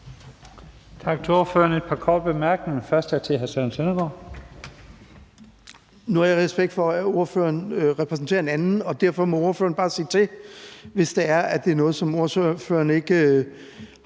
Nu har jeg respekt for, at ordføreren repræsenterer en anden, og derfor må ordføreren bare sige til, hvis det er, at det er noget, som ordføreren ikke